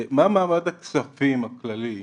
מה מעמד הכספים הכללי,